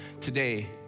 Today